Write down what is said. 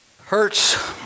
Hurts